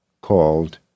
called